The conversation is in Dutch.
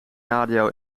radio